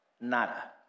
Nada